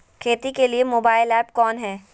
खेती के लिए मोबाइल ऐप कौन है?